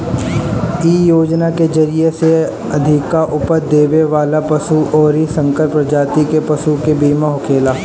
इ योजना के जरिया से अधिका उपज देवे वाला पशु अउरी संकर प्रजाति के पशु के बीमा होखेला